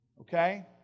okay